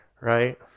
right